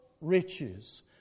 riches